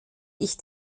ich